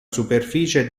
superficie